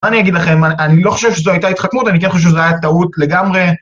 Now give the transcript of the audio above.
מה אני אגיד לכם, אני לא חושב שזו הייתה התחכמות, אני כן חושב שזו הייתה טעות לגמרי.